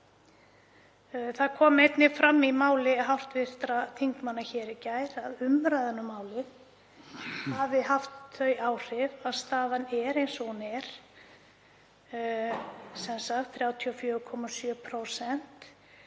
Það kom einnig fram í máli hv. þingmanna hér í gær að umræðan um málið hefði haft þau áhrif að staðan er eins og hún er, sem sagt 34,7%